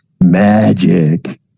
magic